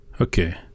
Okay